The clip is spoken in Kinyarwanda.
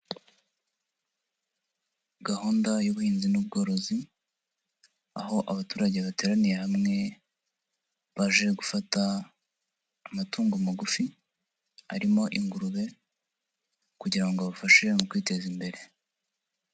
Gahunda y'ubuhinzi n'ubworozi, aho abaturage bateraniye hamwe baje gufata amatungo magufi, arimo ingurube kugira ngo abafashe mu kwiteza imbere.